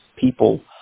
people